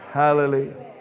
hallelujah